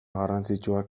garrantzitsuak